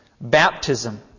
Baptism